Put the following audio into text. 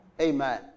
Amen